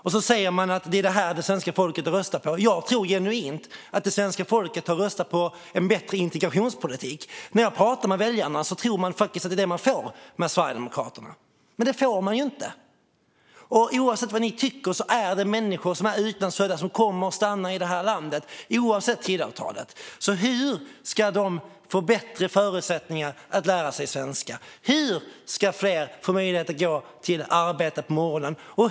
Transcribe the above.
Man säger att det är detta som det svenska folket har röstat på, men jag tror genuint att det svenska folket har röstat på en bättre integrationspolitik. När jag pratar med väljarna låter det faktiskt som att de tror att det är detta de får med Sverigedemokraterna, men det får de ju inte. Oavsett vad Sverigedemokraterna tycker, och oavsett Tidöavtalet, kommer utlandsfödda människor att stanna i det här landet. Hur ska de få bättre förutsättningar att lära sig svenska? Hur ska fler få möjlighet att gå till ett arbete på morgonen?